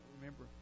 remember